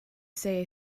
say